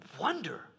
wonder